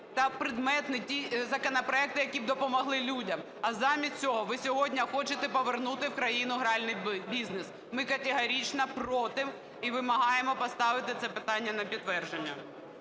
та предметні законопроекти, які б допомогли людям. А замість цього ви сьогодні хочете повернути в країну гральний бізнес. Ми категорично проти. І вимагаємо поставити це питання на підтвердження.